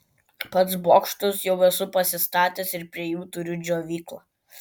pats bokštus jau esu pasistatęs ir prie jų turiu džiovyklą